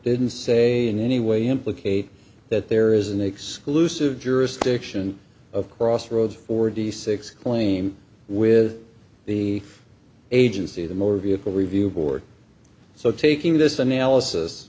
didn't say in any way implicate that there is an exclusive jurisdiction of crossroads forty six claim with the agency the motor vehicle review board so taking this analysis